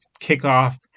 kickoff